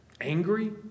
Angry